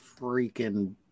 freaking